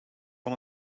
van